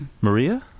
Maria